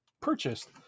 purchased